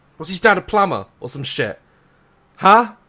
was his dad a plumber or some shit huh,